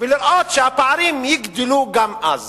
ולראות שהפערים יגדלו גם אז.